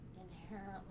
inherently